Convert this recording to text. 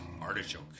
Artichoke